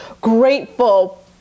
grateful